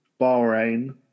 Bahrain